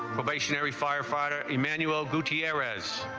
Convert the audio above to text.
but they share. we firefighter emanuel gucci erez